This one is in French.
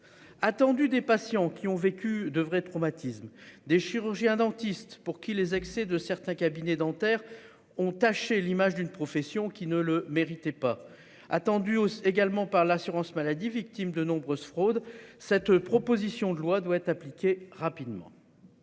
attendue des patients qui ont vécu de vrais traumatismes des chirurgiens dentistes, pour qui les excès de certains cabinets dentaires ont tâché l'image d'une profession qui ne le méritait pas attendu au également par l'assurance maladie, victime de nombreuses fraudes. Cette proposition de loi doit être appliquée, rapidement.